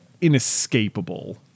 inescapable